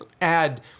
add